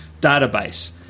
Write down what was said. database